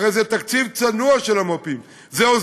הרי התקציב של המו"פים הוא צנוע.